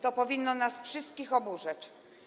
To powinno nas wszystkich oburzać.